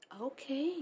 Okay